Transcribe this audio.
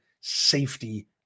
safety